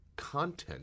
content